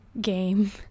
game